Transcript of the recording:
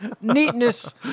Neatness